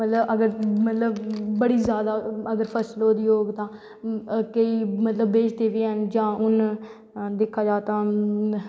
मतलव अगर मतलव बड़ी जादा अगर फसल ओह्दी होग तां केंई मतलव बेचदे बी हैन जां हून दिक्खा जाऐ तां